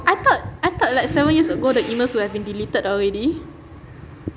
I thought I thought like seven years ago the emails would have been deleted already